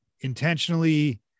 intentionally